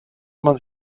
man